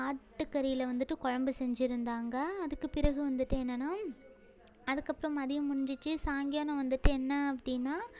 ஆட்டுக்கறியில் வந்துட்டு குழம்பு செஞ்சுருந்தாங்க அதுக்குப் பிறகு வந்துட்டு என்னென்னால் அதுக்கப்புறம் மதியம் முடிஞ்சிச்சு சாயங்காலம் வந்துட்டு என்ன அப்படின்னா